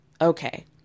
Okay